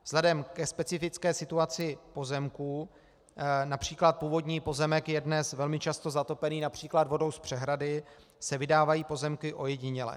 Vzhledem ke specifické situaci pozemků, například původní pozemek je dnes velmi často zatopený například vodou z přehrady, se vydávají pozemky ojediněle.